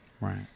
Right